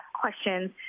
questions